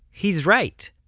he's right.